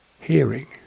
hearing